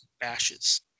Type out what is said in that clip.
bashes